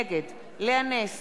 נגד לאה נס,